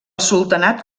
sultanat